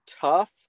tough